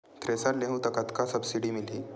Thresher लेहूं त कतका सब्सिडी मिलही?